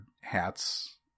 hats